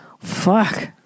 Fuck